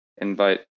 invite